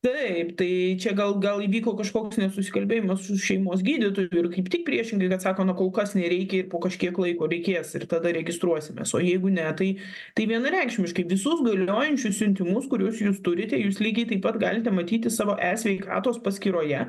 taip tai čia gal gal įvyko kažkoks nesusikalbėjimas su šeimos gydytoju ir kaip tik priešingai kad sako na kol kas nereikia ir po kažkiek laiko reikės ir tada registruosimės o jeigu ne tai tai vienareikšmiškai visus galiojančius siuntimus kuriuos jūs turite jūs lygiai taip pat galite matyti savo e sveikatos paskyroje